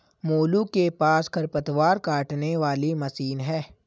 मोलू के पास खरपतवार काटने वाली मशीन है